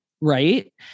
Right